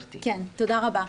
תודה רבה.